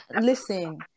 listen